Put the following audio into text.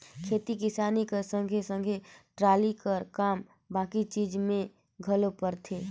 खेती किसानी कर संघे सघे टराली कर काम बाकी चीज मे घलो परथे